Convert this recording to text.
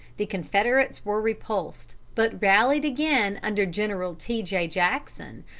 the confederates were repulsed, but rallied again under general t. j. jackson,